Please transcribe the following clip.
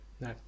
No